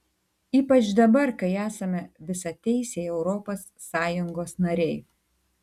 ypač dabar kai esame visateisiai europos sąjungos nariai